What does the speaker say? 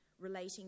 relating